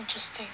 interesting